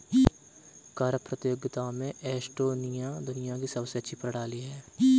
कर प्रतियोगिता में एस्टोनिया दुनिया की सबसे अच्छी कर प्रणाली है